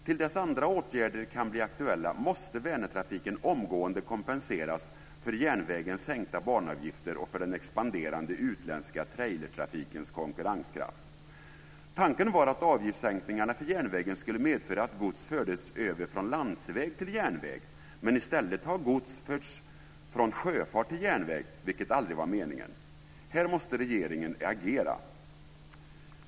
Till dess att andra åtgärder kan bli aktuella måste Vänertrafiken omgående kompenseras för järnvägens sänkta banavgifter och för den expanderande utländska trailertrafikens konkurrenskraft. Tanken var att avgiftssänkningarna för järnvägen skulle medföra att gods fördes över från landsväg till järnväg, men i stället har gods förts från sjöfart till järnväg, vilket aldrig var meningen. Här måste regeringen agera.